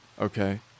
Okay